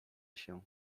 się